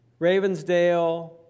Ravensdale